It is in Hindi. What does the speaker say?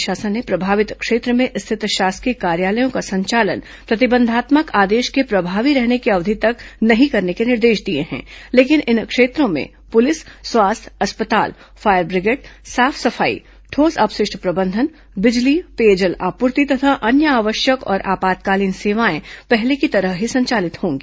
राज्य शासन ने प्रभावित क्षेत्र में स्थित शासकीय कार्यालयों का संचालन प्रतिबंधात्मक आदेश के प्रभावी रहने की अवधि तक नहीं करने के निर्देश दिए हैं लेकिन इन क्षेत्रों में पुलिस स्वास्थ्य अस्पताल फायर बिग्रेड साफ सफाई ठोस अपशिष्ट प्रबंधन बिजली पेयजल आपूर्ति तथा अन्य आवश्यक और आपातकालीन सेवाएं पहले की तरह ही संचालित होंगी